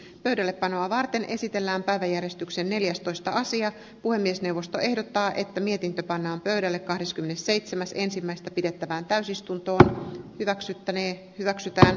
pöydällepanoa varten esitellään päiväjärjestyksen neljästoista sija puhemiesneuvosto ehdottaa että mietintö pannaan pöydälle kahdeskymmenesseitsemäs ensimmäistä pidettävään täysistuntoa hyväksyttäneen hyväksytä